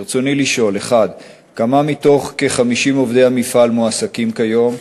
ברצוני לשאול: 1. כמה מכ-50 עובדי המפעל מועסקים כיום?